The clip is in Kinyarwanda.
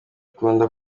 ukunda